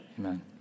Amen